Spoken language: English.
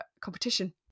competition